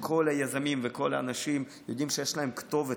כל היזמים וכל האנשים יודעים שיש להם כתובת,